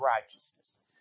righteousness